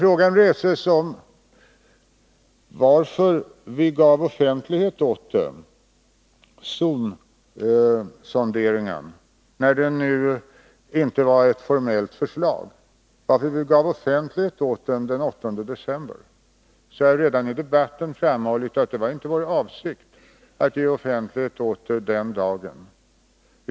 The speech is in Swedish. Frågan har rests om varför vi gav offentlighet åt zonsonderingen den 8 december, när det nu inte var något formellt förslag. Jag har redan i debatten framhållit att det inte var vår avsikt att ge offentlighet åt frågan den dagen.